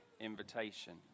invitation